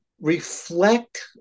reflect